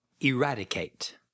Eradicate